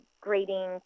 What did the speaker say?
grading